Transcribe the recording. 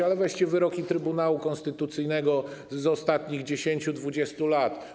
Ale weźcie wyroki Trybunału Konstytucyjnego z ostatnich 10, 20 lat.